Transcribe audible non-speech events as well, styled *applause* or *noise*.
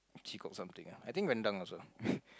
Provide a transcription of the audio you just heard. she cook something ah I think rendang also *laughs*